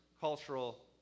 cultural